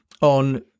on